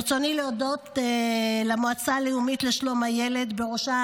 ברצוני להודות למועצה הלאומית לשלום הילד בראשה